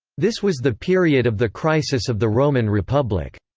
this was the period of the crisis of the roman republic.